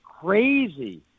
crazy